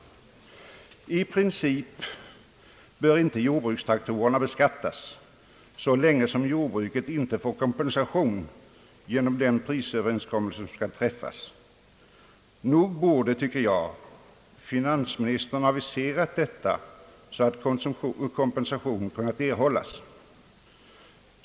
I princip bör inte jordbrukstraktorerna beskattas så länge som jordbruket inte får kompensation genom den prisöverenskommelse som skall träffas. Nog borde finansministern ha aviserat detta så att kompensation kunnat erhållas.